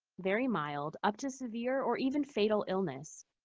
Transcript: very mild up to severe or even fatal illness.